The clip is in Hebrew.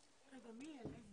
סליחה על העיכוב שהיה לנו.